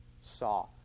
saw